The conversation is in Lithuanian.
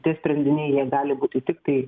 tie sprendiniai jie gali būti tiktai